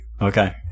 Okay